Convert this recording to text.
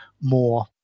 more